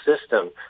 system